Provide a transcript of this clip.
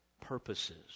purposes